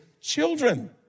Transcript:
children